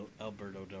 Alberto